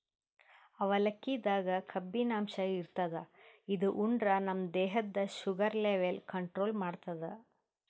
ಅವಲಕ್ಕಿದಾಗ್ ಕಬ್ಬಿನಾಂಶ ಇರ್ತದ್ ಇದು ಉಂಡ್ರ ನಮ್ ದೇಹದ್ದ್ ಶುಗರ್ ಲೆವೆಲ್ ಕಂಟ್ರೋಲ್ ಮಾಡ್ತದ್